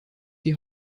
die